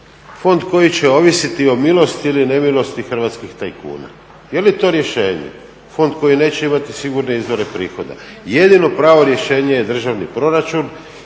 fond koji će ovisiti o milosti ili nemilosti hrvatskih tajkuna. Je li to rješenje fond koji neće imati sigurne izvore prihoda? Jedino pravo rješenje je državni proračun